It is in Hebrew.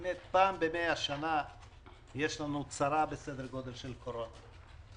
פעם במאה שנה יש לנו צרה בסדר גודל של קורונה.